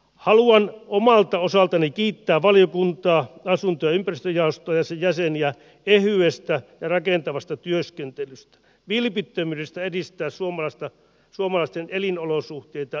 haluan omalta osaltani kiittää valiokuntaa asunto ja ympäristöjaostoa ja sen jäseniä ehyestä ja rakentavasta työskentelystä vilpittömyydestä edistää suomalaisten elinolosuhteita niukkenevassa taloudellisessa tilanteessa